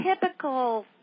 typical